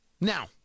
Now